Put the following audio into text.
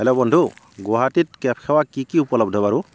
hello বন্ধু গুৱাহাটীত cab সেৱা কি কি উপলব্ধ বাৰু